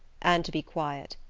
and to be quiet.